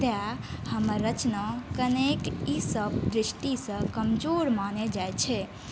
तेँ हमर रचना कनेक ई सब दृष्टिसँ कमजोर मानल जाइ छै